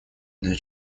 для